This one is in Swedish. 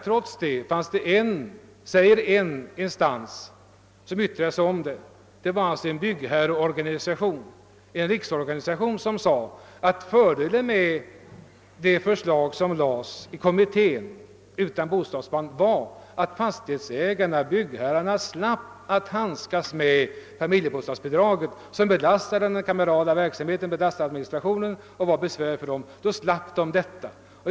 Trots detta var det emellertid en instans som yttrade sig om det, och det var en byggherreorganisation, en riksorganisation, som sade att fördelen med det förslag utan bostadsband som framlagts av kommittén var att byggherrarna slapp att handskas med familjebostadsbidraget, som belastade deras kamerala verksamhet och administrationen och var besvärligt. Nu skulle de slippa ifrån detta.